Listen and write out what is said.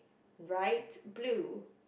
right blue